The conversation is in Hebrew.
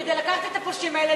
כדי לקחת את הפולשים האלה,